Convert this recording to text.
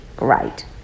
Right